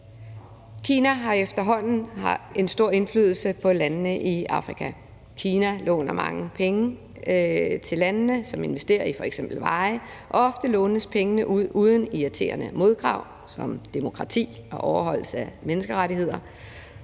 Kina har efterhånden en stor indflydelse på landene i Afrika. Kina låner mange penge til landene, som investerer i f.eks. veje, og ofte lånes pengene ud uden irriterende modkrav som demokrati og overholdelse af menneskerettigheder.